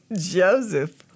Joseph